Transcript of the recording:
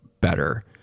better